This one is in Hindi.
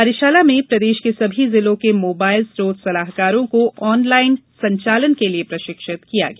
कार्यशाला में प्रदेश के सभी जिलों के मोबाइल स्रोत सलाहकार को ऑनलाइन संचालन के लिए प्रशिक्षित किया गया